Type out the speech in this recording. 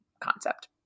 concept